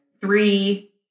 three